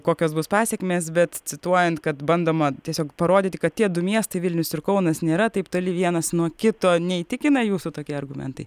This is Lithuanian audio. kokios bus pasekmės bet cituojant kad bandoma tiesiog parodyti kad tie du miestai vilnius ir kaunas nėra taip toli vienas nuo kito neįtikina jūsų tokie argumentai